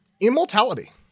Immortality